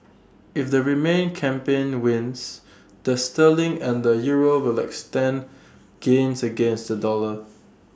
if the remain campaign wins the sterling and the euro will extend gains against the dollar